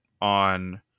on